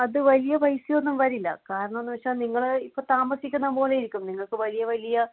അത് വലിയ പൈസയൊന്നും വരില്ല കാരണമെന്ന് വെച്ചാൽ നിങ്ങൾ ഇപ്പം താമസിക്കുന്ന പോലെ ഇരിക്കും നിങ്ങൾക്ക് വലിയ വലിയ